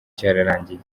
cyarangiye